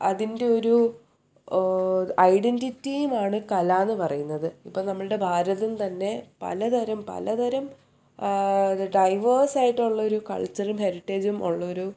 അതിൻ്റെ ഒരു ഐഡൻ്റിറ്റിയുമാണ് കല എന്ന് പറയുന്നത് ഇപ്പോൾ നമ്മൾടെ ഭാരതം തന്നെ പലതരം പലതരം ഡൈവേഴ്സായിട്ടുള്ള ഒരു കൾച്ചറും ഹെറിറ്റേജും ഉള്ള ഒരു